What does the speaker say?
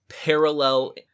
parallel